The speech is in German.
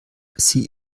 sie